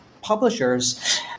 publishers